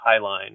Highline